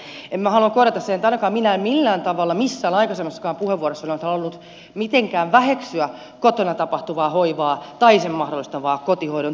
minä haluan korjata sen että ainakaan minä en millään tavalla missään aikaisemmassakaan puheenvuorossa ole halunnut mitenkään väheksyä kotona tapahtuvaa hoivaa tai sen mahdollistavaa kotihoidon tukea